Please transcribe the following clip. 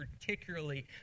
particularly